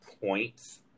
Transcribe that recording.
points